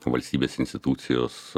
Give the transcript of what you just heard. valstybės institucijos